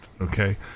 Okay